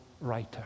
writer